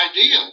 idea